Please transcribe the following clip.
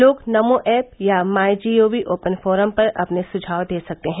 लोग नमो ऐप या MyGov open forum में अपने सुझाव दे सकते हैं